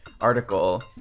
article